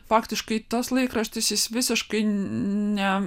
faktiškai tas laikraštis jis visiškai ne